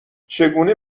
چگونه